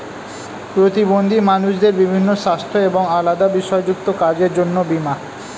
প্রতিবন্ধী মানুষদের বিভিন্ন সাস্থ্য এবং আলাদা বিষয় যুক্ত কাজের জন্য বীমা